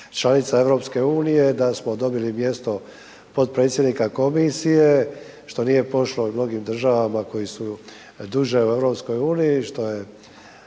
članica EU-a da smo dobili mjesto potpredsjednika komisije što nije pošlo mnogim državama koje su duže u EU-u što je,